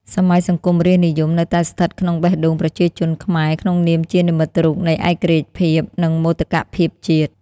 សម័យសង្គមរាស្រ្តនិយមនៅតែស្ថិតក្នុងបេះដូងប្រជាជនខ្មែរក្នុងនាមជានិមិត្តរូបនៃឯករាជ្យភាព និងមោទកភាពជាតិ។